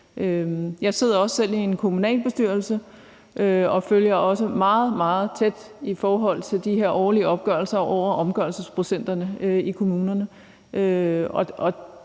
Jeg sidder også selv i en kommunalbestyrelse og følger også meget, meget tæt de her årlige opgørelser over omgørelsesprocenterne i kommunerne,